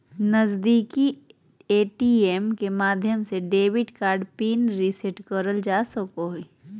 नजीदीकि ए.टी.एम के माध्यम से डेबिट कार्ड पिन रीसेट करल जा सको हय